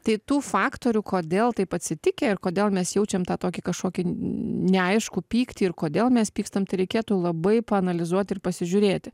tai tų faktorių kodėl taip atsitikę ir kodėl mes jaučiam tokį kažkokį neaiškų pyktį ir kodėl mes pykstam tai reikėtų labai paanalizuoti ir pasižiūrėti